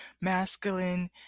Masculine